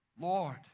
Lord